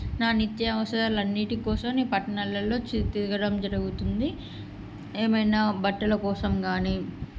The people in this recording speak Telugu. నా నిత్య అవసరాలు అన్నిటి కోసం నేను పట్టణాలల్లో చి తిరగడం జరుగుతుంది ఏమైనా బట్టల కోసం కానీ